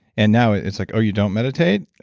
and now it's like, oh, you don't meditate?